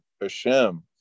hashem